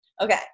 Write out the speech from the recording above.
Okay